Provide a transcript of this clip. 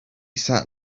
sat